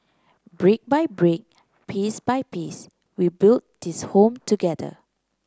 brick by brick piece by piece we build this Home together